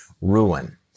ruin